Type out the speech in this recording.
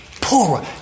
poorer